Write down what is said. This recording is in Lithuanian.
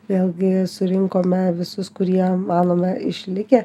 vėlgi surinkome visus kurie manome išlikę